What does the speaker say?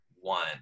one